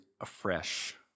afresh